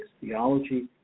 theology